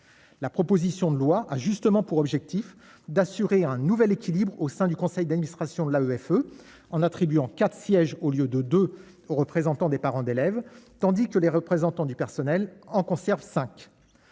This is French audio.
la proposition de loi, a justement pour objectif d'assurer un nouvel équilibre au sein du conseil d'administration de la EFE en attribuant 4 sièges au lieu de 2 représentants des parents d'élèves, tandis que les représentants du personnel en conserve 5